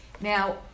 Now